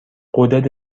غدد